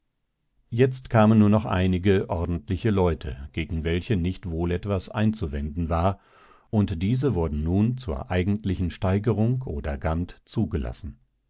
jetzt kamen nur noch einige ordentliche leute gegen welche nicht wohl etwas einzuwenden war und diese wurden nun zur eigentlichen steigerung oder gant zugelassen